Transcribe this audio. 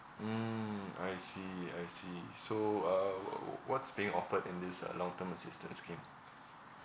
mm I see I see so uh wh~ oo what's being offered in this uh long term assistance scheme